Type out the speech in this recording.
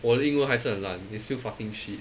我的英文还是很烂 it's still fucking shit